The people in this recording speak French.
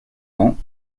ans